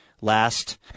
last